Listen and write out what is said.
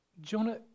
Jonah